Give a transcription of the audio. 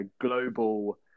global